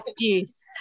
juice